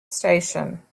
station